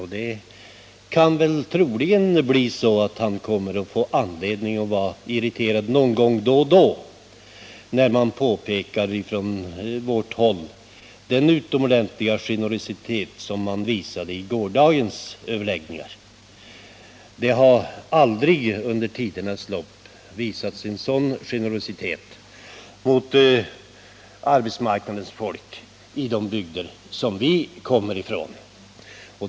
Han får troligen anledning att vara irriterad någon gång då och då när vi påpekar den utomordentliga generositet som visades vid gårdagens överläggningar. Det har aldrig under tidernas lopp visats en sådan generositet mot arbetsmarknadens folk i de bygder vi kommer från.